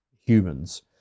humans